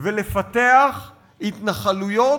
ולפתח התנחלויות,